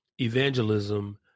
evangelism